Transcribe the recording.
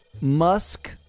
Musk